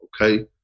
okay